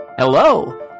Hello